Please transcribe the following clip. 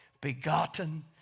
begotten